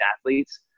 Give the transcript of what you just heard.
athletes